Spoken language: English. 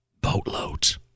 Boatloads